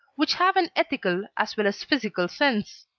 which have an ethical as well as physical sense.